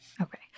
Okay